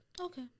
Okay